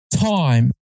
time